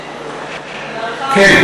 כן.